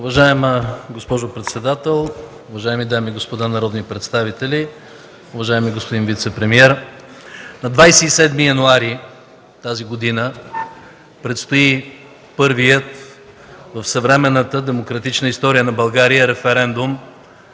Уважаема госпожо председател, уважаеми дами и господа народни представители, уважаеми господин вицепремиер! На 27 януари 2013 г. предстои първият в съвременната демократична история на България референдум,